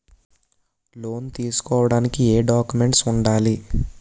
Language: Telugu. లోన్ తీసుకోడానికి ఏయే డాక్యుమెంట్స్ వుండాలి?